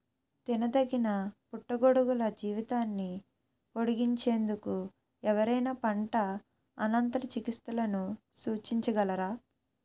తినదగిన పుట్టగొడుగుల జీవితాన్ని పొడిగించేందుకు ఎవరైనా పంట అనంతర చికిత్సలను సూచించగలరా?